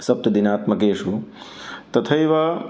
सप्तदिनात्मकेषु तथैव